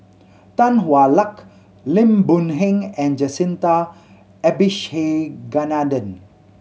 Tan Hwa Luck Lim Boon Heng and Jacintha Abisheganaden